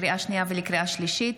לקריאה שנייה ולקריאה שלישית: